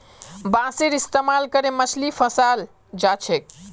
बांसेर इस्तमाल करे मछली फंसाल जा छेक